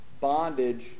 bondage